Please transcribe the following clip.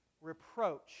reproach